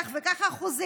כך וכך אחוזים.